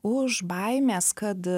už baimės kad